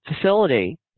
facility